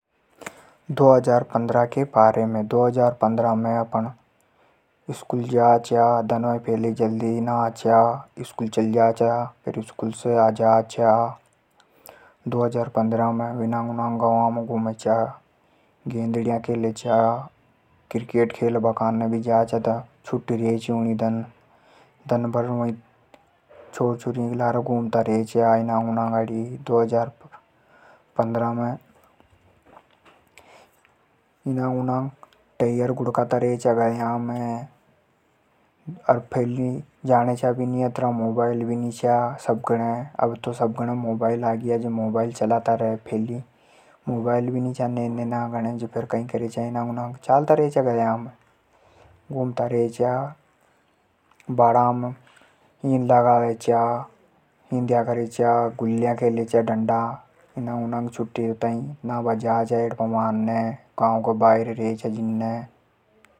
दो हजार पन्द्रह के बारे में, दो हजार पन्द्रह में अपण स्कूल जाचा। दनवा फेली जल्दी नहा चा स्कूल जाचा । फेर स्कूल से आ जाचा । अनांग उनांग गांव में घूमे चा। गेंदड़ी खेले चा। क्रिकेट खेल बा काने भी जाचा छुट्टी रची उन दन। दनभर घुमता रेचा छोरा के लार। टायर गुड़का चा गायां में। फैली जाणे चा भी नी अतरा मोबाइल भी नी चा। अब तो मोबाइल आग्या सब गणे मोबाइल चलाता रे। मोबाइल भी नी चा फैली छोटा चा जे चालता रेचा गायां में। बाड़ा में हिन्दला घालेचा, गुल्लियां खेले चा। छुट्टी होता ही नाबा जा चा हैंडपंप ने ।